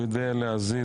הוא ידע להזיז,